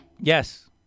Yes